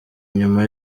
nyuma